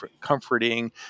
comforting